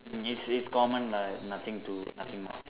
it's it's common lah nothing to nothing much